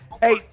Hey